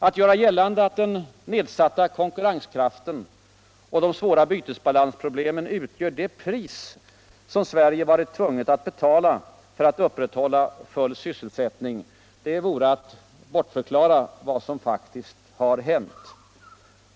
Alt göra gällande att den nedsatta konkurrenskraften och de svåra bytesbalansproblemen är det pris som Sverige varit tvunget att betala för att kunna upprätthålla full sysselsättning vore att bortförklara vad som faktiskt har hänt.